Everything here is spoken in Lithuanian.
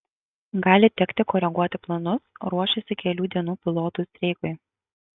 gali tekti koreguoti planus ruošiasi kelių dienų pilotų streikui